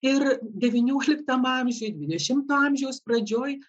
ir devynioliktam amžiuj dvidešimto amžiaus pradžioj